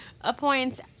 appoints